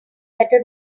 better